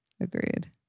Agreed